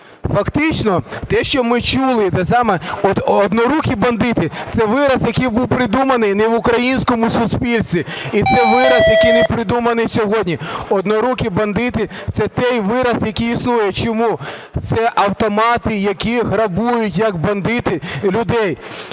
Фактично те, що ми чули – це саме "однорукі бандити". Це вираз, який був придуманий не в українському суспільстві, і це вираз, який не придуманий сьогодні. "Однорукі бандити" – це той вираз, який існує. Чому? Це автомати, які грабують, як бандити, людей.